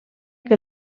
que